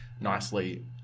nicely